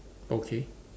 okay